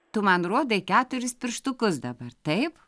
tu man rodai keturis pirštukus dabar taip